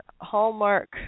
Hallmark